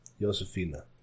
Josephina